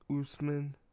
Usman